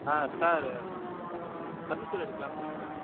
ஆ sir furniture எடுக்கலாம்னு இருக்கேன்